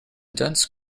dense